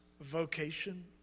vocation